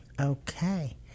Okay